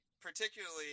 particularly